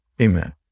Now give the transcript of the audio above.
amen